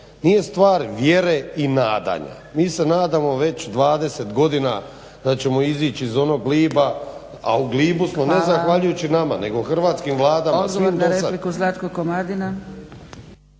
nije stvar vjere i nadanja. Mi se nadamo već 20 godina da ćemo izaći iz onog gliba, a u glibu smo ne zahvaljujući nama nego hrvatskim vladama svim dosad.